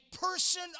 person